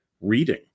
reading